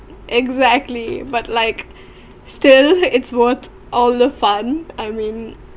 exactly but like still it's worth all the fun I mean